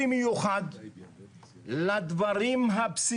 כולם סייעו לבנייה מה שקרוי הלא מוסדרת ולהתיישבות הצעירה,